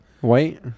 White